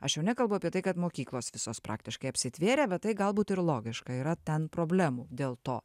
aš jau nekalbu apie tai kad mokyklos visos praktiškai apsitvėrė bet tai galbūt ir logiška yra ten problemų dėl to